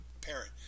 Parent